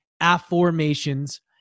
affirmations